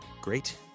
great